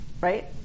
right